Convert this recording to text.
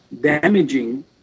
damaging